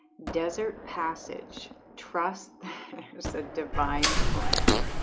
desert passage trust there's a divine plan